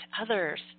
others